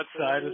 outside